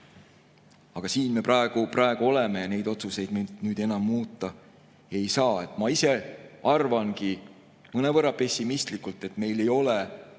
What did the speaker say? Aga siin me praegu oleme ja neid otsuseid me nüüd enam muuta ei saa. Ma ise arvangi, mõnevõrra pessimistlikult, et meil ei ole